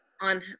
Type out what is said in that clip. on